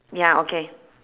ya okay